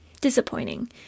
Disappointing